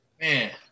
Man